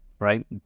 Right